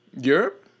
Europe